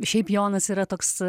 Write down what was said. šiaip jonas yra toks